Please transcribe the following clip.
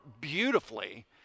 beautifully